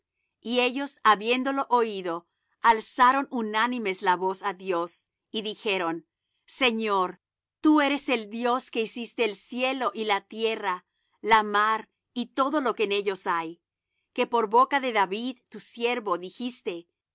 y ellos habiéndolo oído alzaron unánimes la voz á dios y dijeron señor tú eres el dios que hiciste el cielo y la tierra la mar y todo lo que en ellos hay que por boca de david tu siervo dijiste